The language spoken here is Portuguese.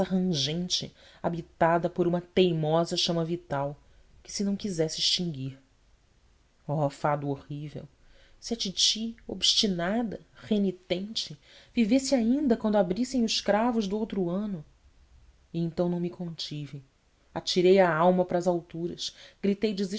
carcaça rangente habitada por uma teimosa chama vital que se não quisesse extinguir oh fado horrível se a titi obstinada renitente vivesse ainda quando abrissem os cravos do outro ano e então não me contive atirei a alma para as alturas gritei